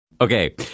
Okay